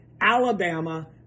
Alabama